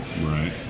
Right